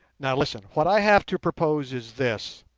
now listen. what i have to propose is this.